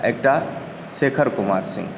Shekhar Kumar Singh